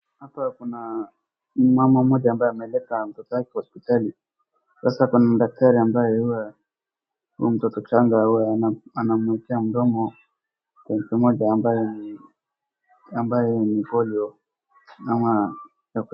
Hapa kuna mama mmoja ambaye ameleta mtoto wake hospitali. Sasa hapa ni daktari ambaye akiwa huyu mtoto chanjo anamwekea mdomo tone moja ambaye ni polio ama.